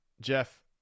Jeff